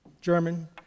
German